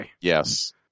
Yes